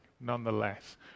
nonetheless